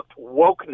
wokeness